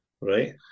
Right